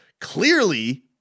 Clearly